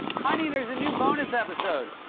honey, there's a new bonus episode.